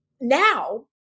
now